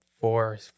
four